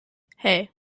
hey